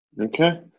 Okay